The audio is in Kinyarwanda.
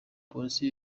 polisi